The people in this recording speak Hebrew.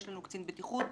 יש לנו קצין בטיחות,